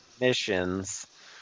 missions